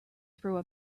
through